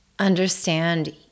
understand